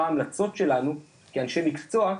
מה ההמלצות שלנו כאנשי מקצוע,